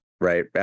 right